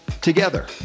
together